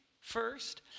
first